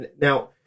now